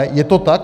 Je to tak?